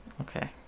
Okay